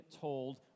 told